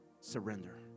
Surrender